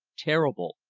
terrible,